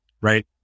right